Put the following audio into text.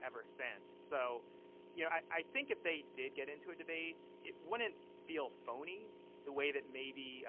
ever since. so you know i i think if they did get into a debate it wouldn't feel phony the way that maybe